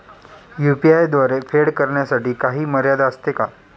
UPI द्वारे फेड करण्यासाठी काही मर्यादा असते का?